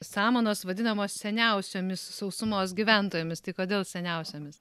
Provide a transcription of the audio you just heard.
samanos vadinamos seniausiomis sausumos gyventojomis tai kodėl seniausiomis